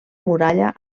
muralla